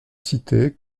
cité